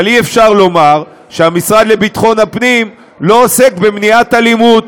אבל אי-אפשר לומר שהמשרד לביטחון הפנים לא עוסק במניעת אלימות,